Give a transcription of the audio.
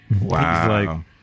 Wow